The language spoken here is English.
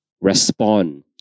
respond